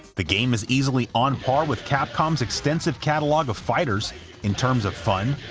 the game is easily on-par with capcom's extensive catalog of fighters in terms of fun,